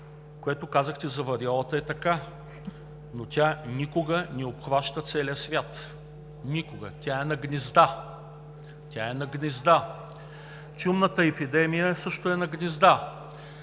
което казахте за вариолата е така, но тя никога не обхваща целия свят – никога, тя е на гнезда, тя е на гнезда. Чумната епидемия също е на гнезда.